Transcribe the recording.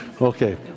Okay